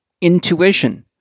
Intuition